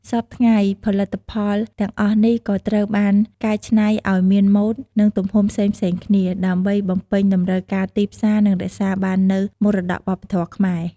សព្វថ្ងៃ ផលិតផលទាំងអស់នេះក៏ត្រូវបានកែច្នៃឱ្យមានម៉ូដ និងទំហំផ្សេងៗគ្នា ដើម្បីបំពេញតម្រូវការទីផ្សារ និងរក្សាបាននូវមរតកវប្បធម៌ខ្មែរ។